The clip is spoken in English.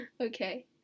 Okay